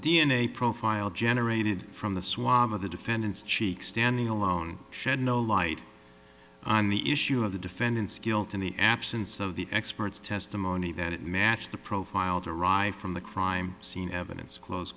a profile generated from the swab of the defendant's cheek standing alone shed no light on the issue of the defendant's guilt in the absence of the experts testimony that it matched the profile derived from the crime scene evidence close